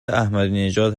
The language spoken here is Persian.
احمدینژاد